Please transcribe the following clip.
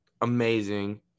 Amazing